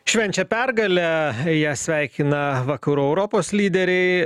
švenčia pergalę ją sveikina vakarų europos lyderiai